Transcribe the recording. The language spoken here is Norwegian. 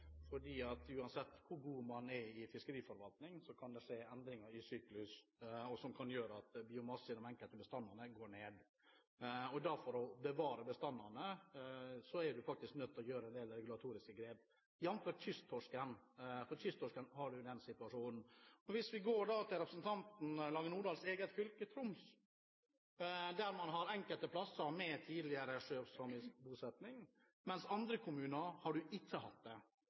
skje endringer i syklus som kan føre til at biomasse i enkelte bestander går ned. For å bevare bestandene er en faktisk nødt til å gjøre en del regulatoriske grep – jf. kysttorsken, der en har den situasjonen. Hvis en går til representanten Lange Nordahls eget fylke, Troms, så har en enkelte plasser med tidligere sjøsamisk bosetting, mens man i andre kommuner ikke har hatt det. Hvis en skal redusere fiskeriet, som en må av og til: Vil det